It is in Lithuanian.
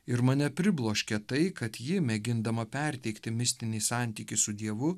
ir mane pribloškė tai kad ji mėgindama perteikti mistinį santykį su dievu